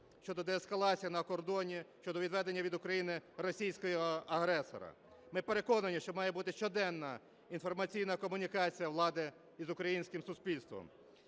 щодо деескалації на кордоні, щодо відведення від України російського агресора. Ми переконані, що має бути щоденна інформаційна комунікація влади з українським суспільством.